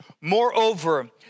Moreover